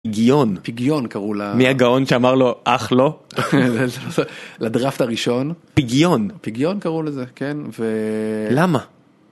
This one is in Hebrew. פגיון פגיון קראו לה מי הגאון שאמר לו אך לא לדרפט הראשון פגיון פגיון קראו לזה כן למה.